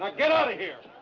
get out of here!